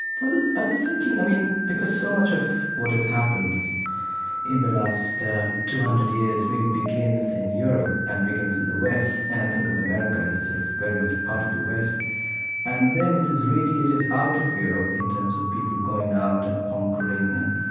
well, i was thinking, i mean, because so much of what has happened in the last um two hundred years really begins in europe and begins in the west and i think of america as a sort of very much part of the west and then it has radiated out of europe, in terms of people going out and conquering and,